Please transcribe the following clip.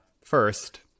first